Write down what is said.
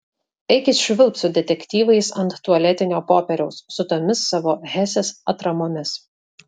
eikit švilpt su detektyvais ant tualetinio popieriaus su tomis savo hesės atramomis